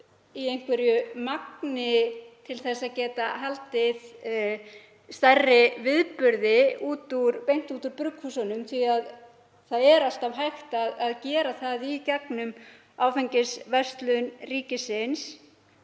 í einhverju magni til að geta haldið stærri viðburði beint út úr brugghúsunum því að það er alltaf hægt að gera það í gegnum Áfengis- og tóbaksverslun ríkisins.